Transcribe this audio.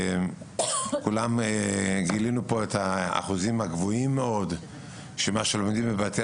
וכולם גילינו פה את האחוזים הגבוהים מאוד שמה שלומדים בבתי